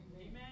Amen